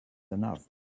enough